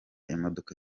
imodoka